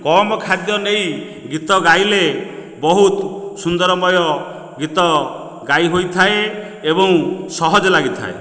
କମ ଖାଦ୍ୟ ନେଇ ଗୀତ ଗାଇଲେ ବହୁତ ସୁନ୍ଦରମୟ ଗୀତ ଗାଇ ହୋଇଥାଏ ଏବଂ ସହଜ ଲାଗିଥାଏ